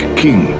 king